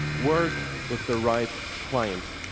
work with the right clients.